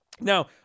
Now